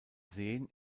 sehen